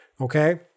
Okay